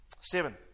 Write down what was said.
Seven